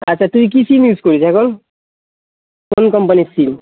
আচ্ছা তুই কি সিম ইউস করিস এখন কোন কোম্পানির সিম